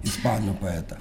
ispanų poetą